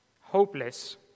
hopeless